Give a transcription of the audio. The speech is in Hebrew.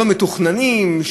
לא מתוכננים,